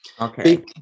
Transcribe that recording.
Okay